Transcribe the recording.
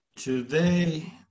Today